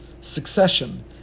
succession